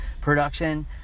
production